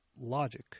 logic